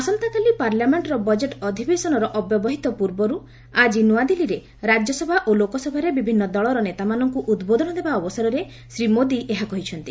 ଆସନ୍ତାକାଲି ପାର୍ଲାମେଣ୍ଟର ବଜେଟ୍ ଅଧିବେଶନର ଅବ୍ୟବହିତ ପୂର୍ବରୁ ଆଜି ନୂଆଦିଲ୍ଲୀରେ ରାଜ୍ୟସଭା ଓ ଲୋକସଭାରେ ବିଭିନ୍ନ ଦଳର ନେତାମାନଙ୍କୁ ଉଦ୍ବୋଧନ ଦେବା ଅବସରରେ ଶ୍ରୀ ମୋଦି ଏହା କହିଛନ୍ତି